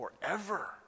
forever